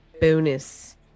bonus